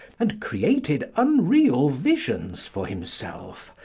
and created unreal visions for himself,